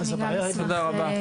תודה רבה.